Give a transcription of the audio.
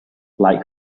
like